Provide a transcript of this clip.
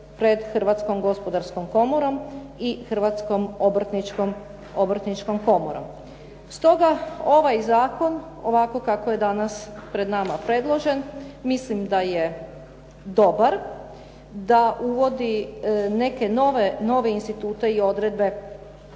pred Hrvatskom gospodarskom komorom i Hrvatskom obrtničkom komorom. Stoga ovaj zakon ovako kako je danas pred nama predložen, mislim da je dobar, da uvodi neke nove institute i odredbe